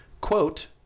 Quote